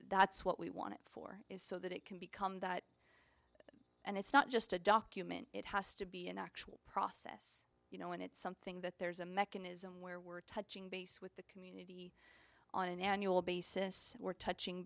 that's what we want it for is so that it can become that and it's not just a document it has to be an actual process you know and it's something that there's a mechanism where we're touching base with the on an annual basis we're touching